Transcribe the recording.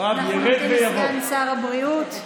כנסת נכבדה,